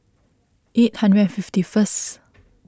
eight hundred and fifty first